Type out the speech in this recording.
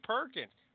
Perkins